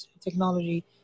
technology